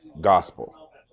gospel